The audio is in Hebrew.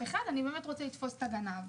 אחת "אני באמת רוצה לתפוס את הגנב".